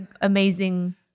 amazing